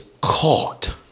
caught